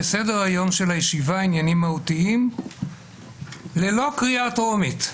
בסדר-היום של הישיבה עניינים מהותיים ללא קריאה טרומית,